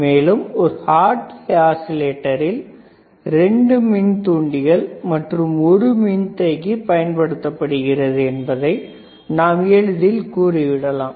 மேலும் ஒரு ஹார்ட்லி ஆஸிலேட்டரில் 2 மின் தூண்டிகள் மற்றும் 1 மின்தேக்கி பயன்படுத்தப்படுகிறது என்பதை நாம் எளிதில் கூறிவிடலாம்